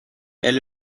elle